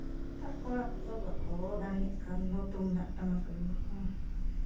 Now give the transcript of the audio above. ᱱᱮᱛᱟᱨ ᱠᱚᱲᱟ ᱠᱚᱫᱚ ᱵᱟᱠᱚ ᱫᱟᱲᱮᱭᱟᱜ ᱠᱟᱱ ᱫᱚ ᱛᱩᱢᱫᱟᱜ ᱴᱟᱢᱟᱠ ᱨᱩ ᱦᱚᱸ